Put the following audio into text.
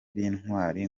b’intwari